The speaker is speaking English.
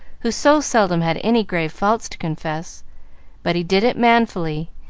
who so seldom had any grave faults to confess but he did it manfully,